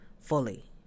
fully